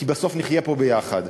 כי בסוף נחיה פה ביחד.